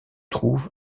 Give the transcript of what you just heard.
trouve